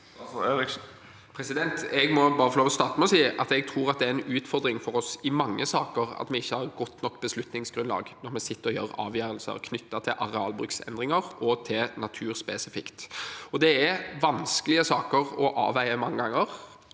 Jeg må bare få lov til å starte med å si at jeg tror det er en utfordring for oss i mange saker at vi ikke har et godt nok beslutningsgrunnlag når vi sitter og tar avgjørelser knyttet til arealbruksendringer og noe naturspesifikt. Mange ganger er det vanskelige saker å avveie, for det er